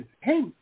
hey